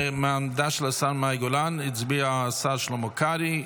מהעמדה של שהשרה מאי גולן הצביע השר שלמה קרעי,